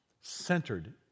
centered